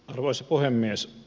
arvoisa puhemies